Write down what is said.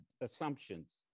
assumptions